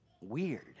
Weird